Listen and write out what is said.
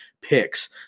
picks